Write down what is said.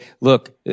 look